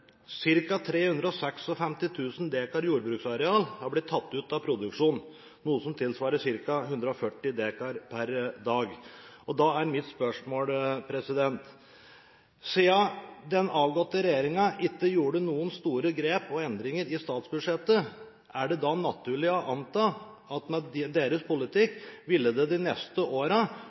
jordbruksareal har blitt tatt ut av produksjon, noe som tilsvarer ca. 140 dekar per dag. Da er mitt spørsmål: Siden den avgåtte regjeringen ikke gjorde noen store grep og endringer i statsbudsjettet, er det da naturlig å anta at det med deres politikk ville blitt lagt ned ca. 3 000 gårdsbruk de neste